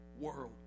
world